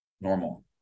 normal